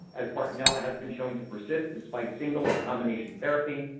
as bartonella has been shown to persist despite single or combination therapy.